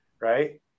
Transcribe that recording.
Right